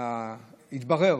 התברר